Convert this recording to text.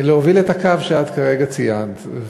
להוביל את הקו שכרגע ציינת.